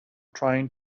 trying